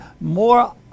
more